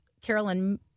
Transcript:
Carolyn